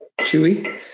chewy